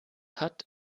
hat